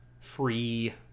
free